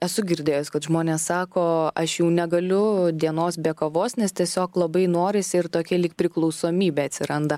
esu girdėjus kad žmonės sako aš jau negaliu dienos be kavos nes tiesiog labai norisi ir tokia lyg priklausomybė atsiranda